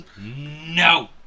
No